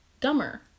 dumber